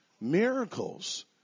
miracles